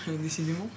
Décidément